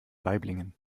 waiblingen